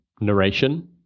narration